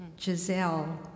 Giselle